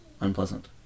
unpleasant